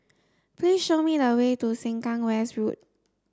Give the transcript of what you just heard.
please show me the way to Sengkang West Road